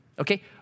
okay